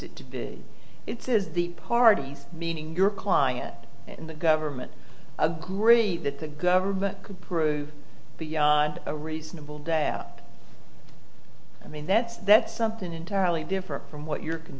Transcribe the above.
it to be it is the parties meaning your client and the government agree that the government could prove beyond a reasonable i mean that's that's something entirely different from what you